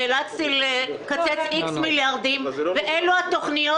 נאלצנו לקצץ איקס מיליארדים ואלו התכניות